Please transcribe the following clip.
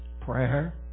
Prayer